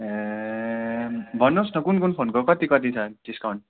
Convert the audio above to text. ए भन्नुहोस् न कुन कुन फोनको कति कति छ डिस्काउन्ट